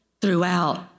throughout